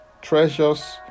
treasures